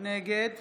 נגד